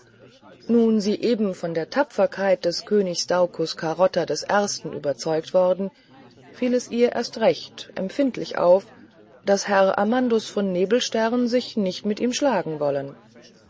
nun sie eben von der tapferkeit des königs daucus carota des ersten überzeugt worden fiel es ihr erst recht empfindlich auf daß herr amandus von nebelstern sich nicht mit ihm schlagen wollen